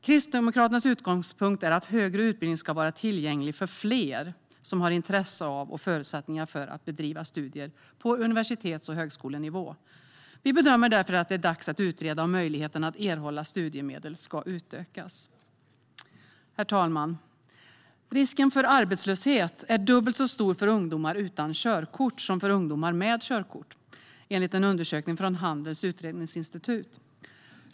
Kristdemokraternas utgångspunkt är att högre utbildning ska vara tillgänglig för fler som har intresse av och förutsättningar för att bedriva studier på universitets och högskolenivå. Vi bedömer därför att det är dags att utreda om möjligheten att erhålla studiemedel ska utökas. Herr talman! Risken för arbetslöshet är dubbelt så stor för ungdomar utan körkort som för ungdomar med körkort, enligt en undersökning från Handelns Utredningsinstitut.